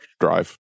drive